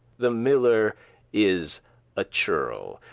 the miller is a churl,